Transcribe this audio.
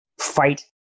fight